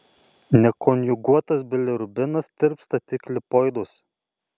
nekonjuguotas bilirubinas tirpsta tik lipoiduose